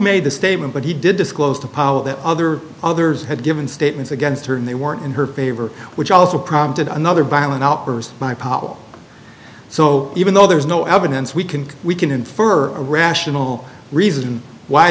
made the statement but he did disclose to powell that other others had given statements against her and they weren't in her favor which also prompted another violent outburst my pottle so even though there is no evidence we can we can infer a rational reason why